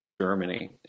Germany